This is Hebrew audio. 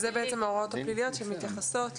אלה ההוראות הפליליות, שמתייחסות